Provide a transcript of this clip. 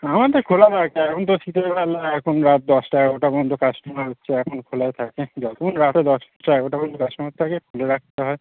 এখন তো খোলা থাকছে এখন তো শীতের বেলা এখন রাত দশটা এগারোটা পর্যন্ত কাস্টোমার হচ্ছে এখন খোলাই থাকে যখন রাতে দশটা এগারোটা পর্যন্ত কাস্টোমার থাকে খুলে রাখতে হয়